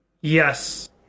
Yes